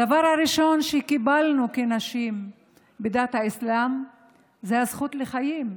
הדבר הראשון שקיבלנו כנשים בדת האסלאם זה הזכות לחיים.